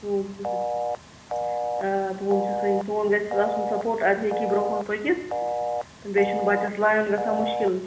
تُہُنٚد صحیح آ تُہُنٛد چھُ صحیح تُہُنٛد گَژھٮ۪س آسُن سَپورٹ اَدٕ ہیٚکہِ یہِ برٛونہہ کُن پٔکِتھ تہٕ بیٚیہِ چھُنہٕ بَچیس لایُن گَژھان مُشکِل یہِ